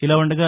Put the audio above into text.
ఇలా ఉండగా